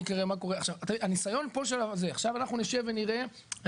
הניסיון פה --- עכשיו אנחנו נשב ונראה,